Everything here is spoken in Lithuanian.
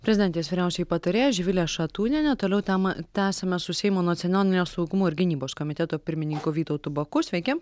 prezidentės vyriausioji patarėja živilė šatūnienė toliau temą tęsiame su seimo nacionalinio saugumo ir gynybos komiteto pirmininku vytautu baku sveiki